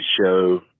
show